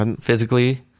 physically